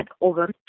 over